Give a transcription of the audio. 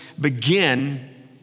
begin